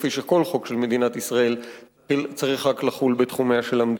כפי שכל חוק של מדינת ישראל צריך רק לחול בתחומיה של המדינה.